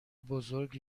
بزرگ